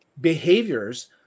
behaviors